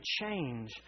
change